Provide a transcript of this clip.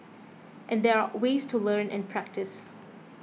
and there are ways to learn and practice